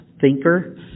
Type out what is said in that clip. thinker